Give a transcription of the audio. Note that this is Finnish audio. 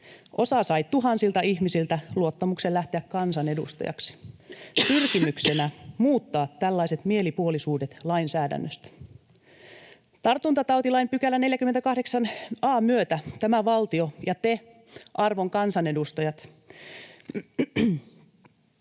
osa sai tuhansilta ihmisiltä luottamuksen lähteä kansanedustajaksi pyrkimyksenä muuttaa tällaiset mielipuolisuudet lainsäädännöstä. Tartuntatautilain 48 a §:n myötä tämä valtio ja te, arvon kansanedustajat,